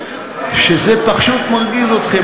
שזה פשוט מרגיז אתכם,